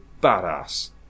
badass